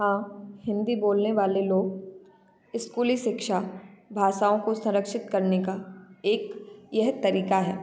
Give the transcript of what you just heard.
हाँ हिंदी बोलने वाले लोग स्कूली शिक्षा भाषाओं को संरक्षित करने का एक यह तरीका है